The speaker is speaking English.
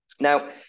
Now